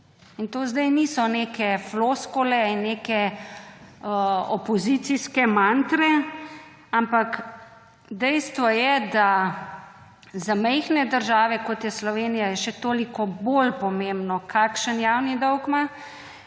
To zdaj niso neke floskule in neke opozicijske mantre, ampak dejstvo je, da za majhne države, kot je Slovenija, je še toliko bolj pomembno, kakšen javni dolg ima.